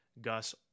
Gus